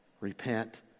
Repent